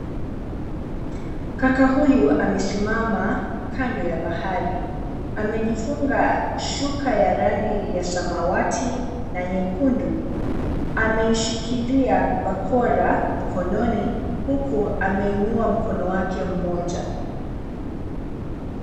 Kaka huyu amesimama kando ya bahari. Amejifunga shuka ya rangi ya samawati na nyekundu ameishikilia bakora mkononi huku ameiunua mkono wake mmoja.